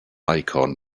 icon